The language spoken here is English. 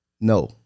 no